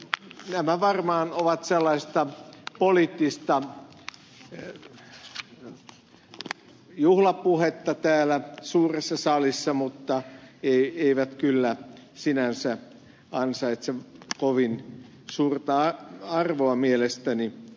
nämä varmaan ovat sellaista poliittista juhlapuhetta täällä suuressa salissa mutta eivät kyllä sinänsä ansaitse kovin suurta arvoa mielestäni